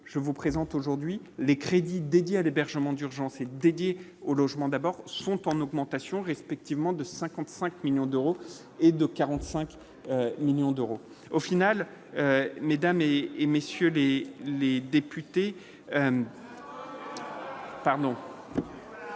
je vous présente aujourd'hui les crédits dédiés à l'hébergement d'urgence et dédiée au logement d'abord sont en augmentation, respectivement de 55 millions d'euros et de 45 millions d'euros au final mesdames et et messieurs les les députés. J'avais,